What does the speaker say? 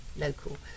local